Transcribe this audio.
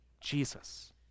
Jesus